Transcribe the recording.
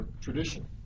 tradition